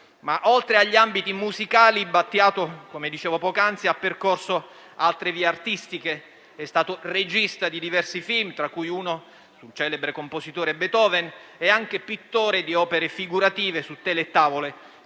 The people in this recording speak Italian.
Oltre agli ambiti musicali, Battiato - come dicevo poc'anzi - ha percorso altre vie artistiche. È stato regista di diversi film, tra cui uno su un celebre compositore - Beethoven - e anche pittore di opere figurative su tele e tavole,